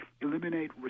eliminate